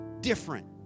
different